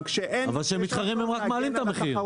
אבל כשהם מתחרים הם רק מעלים את המחירים.